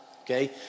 okay